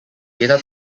data